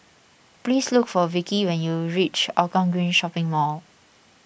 please look for Vicky when you reach Hougang Green Shopping Mall